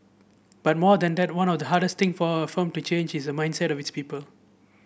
but more than that one of the hardest thing for a firm to change is the mindset of its people